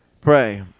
pray